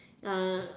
uh